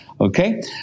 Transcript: Okay